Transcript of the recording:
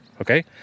okay